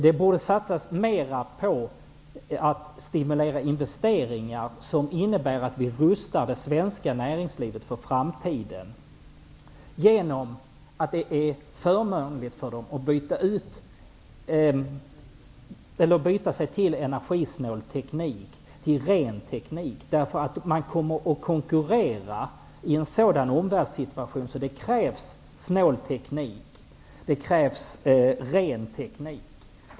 Det borde satsas mera på att stimulera investeringar som rustar det svenska näringslivet för framtiden och som gör det förmånligt för företagen att byta sig till energisnål och ren teknik. De kommer att konkurrera i en situation där omvärlden kräver en snål och ren teknik.